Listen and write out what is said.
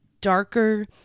darker